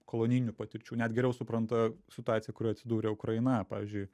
kolonijinių patirčių net geriau supranta situaciją kurioj atsidūrė ukraina pavyzdžiui